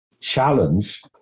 challenge